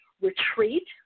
retreat